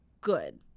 good